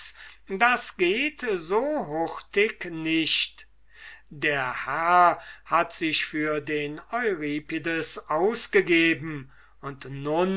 das geht so hurtig nicht der herr hat sich für den euripides ausgegeben und